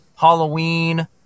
Halloween